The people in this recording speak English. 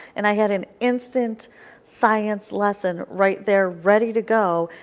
and i had an instant science lesson right there ready to go.